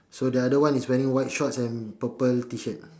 so the other one is wearing white shorts and purple T shirt